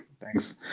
Thanks